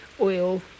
oil